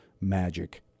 magic